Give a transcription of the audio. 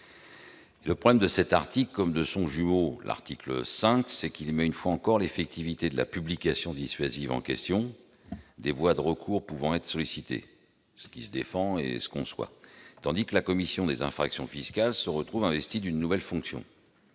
Le problème est que cet article, à l'instar de son jumeau l'article 5, met une fois encore l'effectivité de la publication dissuasive en question, des voies de recours pouvant être sollicitées- cela se défend et se conçoit -, tandis que la commission des infractions fiscales se retrouve investie d'une nouvelle fonction